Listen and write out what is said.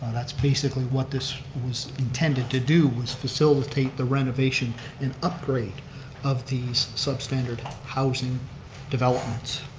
that's basically what this was intended to do, was facilitate the renovation and upgrade of these substandard housing developments.